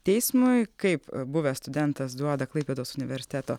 teismui kaip buvęs studentas duoda klaipėdos universiteto